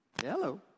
Hello